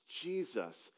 Jesus